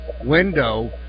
window